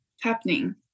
happening